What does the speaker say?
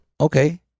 Okay